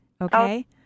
Okay